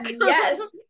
Yes